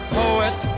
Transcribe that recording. poet